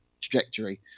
trajectory